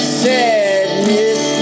sadness